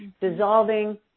dissolving